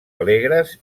alegres